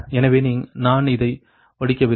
எனவே நான் இதை படிக்கவில்லை